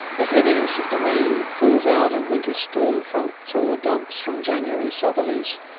the heaviness of the rain that falls out of winter storm fronts or dumps from january southerlies,